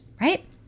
right